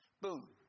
Boom